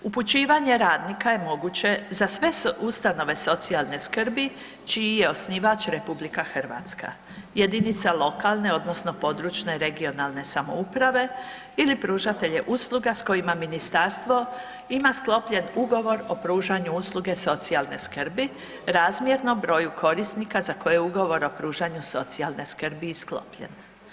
Upućivanje radnika je moguće za sve ustanove socijalne skrbi čiji je osnivač RH, jedinica lokalne odnosno područne (regionalne) samouprave ili pružatelje usluga s kojima ministarstvo ima sklopljen ugovor o pružanju usluge socijalne skrbi razmjerno broju korisnika za koje ugovor o pružanju socijalne skrbi i sklopljen.